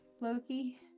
Loki